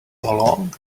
along